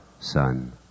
Son